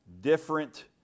different